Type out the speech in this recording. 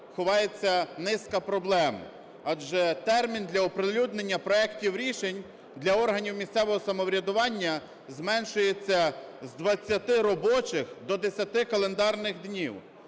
ховається низка проблем. Адже термін для оприлюднення проектів рішень для органів місцевого самоврядування зменшується з 20 робочих до 10 календарних днів,